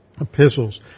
epistles